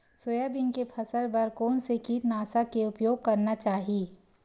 Soybean के फसल बर कोन से कीटनाशक के उपयोग करना चाहि?